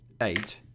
Eight